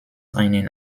einen